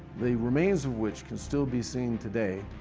the remains of which can still be seen today,